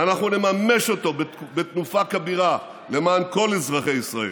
ואנחנו נממש אותו בתנופה כבירה למען כל אזרחי ישראל.